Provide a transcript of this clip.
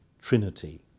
Trinity